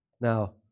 Now